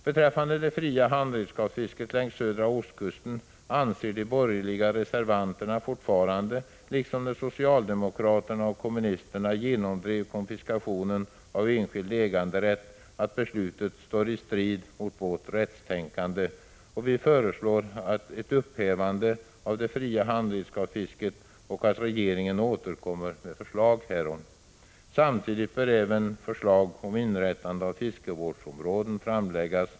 Beträffande det fria handredskapsfisket längs södra ostkusten anser de borgerliga reservanterna fortfarande — liksom när socialdemokraterna och kommunisterna genomdrev konfiskationen av enskild äganderätt — att beslutet står i strid med vårt rättstänkande. Vi föreslår därför att det fria handredskapsfisket upphävs och att regeringen återkommer med förslag härom. Samtidigt bör även förslag om inrättande av fiskevårdsområden framläggas.